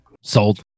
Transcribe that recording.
Sold